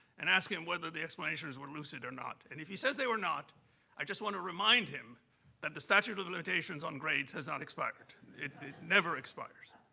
and ask him whether the explanations were lucid or not. and if he says they were not, i just wanna remind him that the statute of limitations on grades has not expired. it never expires.